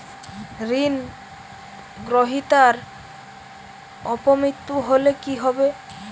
ঋণ গ্রহীতার অপ মৃত্যু হলে কি হবে?